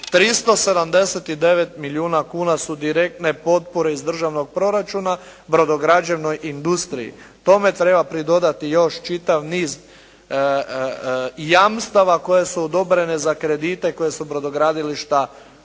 379 milijuna kuna su direktne potpore iz državnog proračuna, brodograđevnoj industriji. Tome treba pridodati još čitav niz i jamstava koja su odobrena za kredite, koja su brodogradilišta podizala.